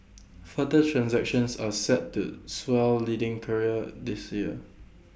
further transactions are set to swell leading carrier this year